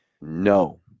No